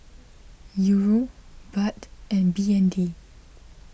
Euro Baht and B N D